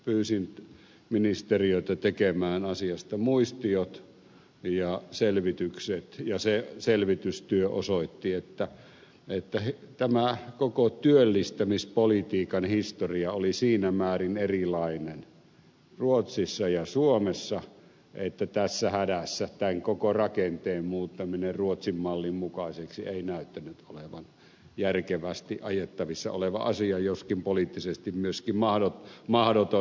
pyysin ministeriötä tekemään asiasta muistiot ja selvitykset ja se selvitystyö osoitti että tämä koko työllistämispolitiikan historia oli siinä määrin erilainen ruotsissa ja suomessa että tässä hädässä tämän koko rakenteen muuttaminen ruotsin mallin mukaiseksi ei näyttänyt olevan järkevästi ajettavissa oleva asia joskin poliittisesti myöskin mahdoton